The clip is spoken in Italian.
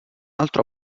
altro